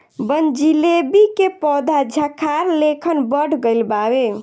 बनजीलेबी के पौधा झाखार लेखन बढ़ गइल बावे